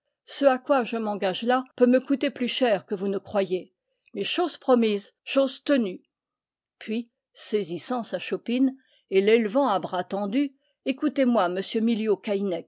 ce à quoi je m'engage là peut me coûter plus cher que vous ne croyez mais chose promise chose tenue puis saisissant sa chopine et l'élevant à bras tendu ecoutez-moi monsieur miliau